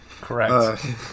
Correct